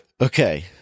Okay